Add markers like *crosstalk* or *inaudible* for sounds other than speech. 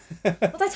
*laughs*